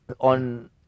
on